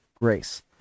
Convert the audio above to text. grace